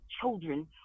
children